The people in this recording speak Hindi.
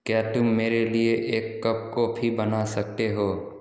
क्या तुम मेरे लिए एक कप कॉफ़ी बना सकते हो